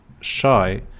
shy